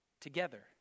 together